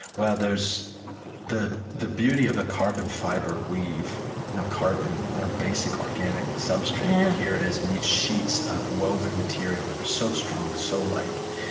well, there's the the beauty of the carbon fiber weave you know carbon, our basic, organic substrate. here it is in these sheets of woven material that are so strong, so light,